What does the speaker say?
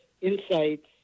insights